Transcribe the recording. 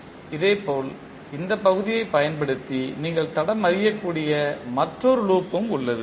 இதேபோல் இந்த பகுதியைப் பயன்படுத்தி நீங்கள் தடம் அறியக்கூடிய மற்றொரு லூப் ம் உள்ளது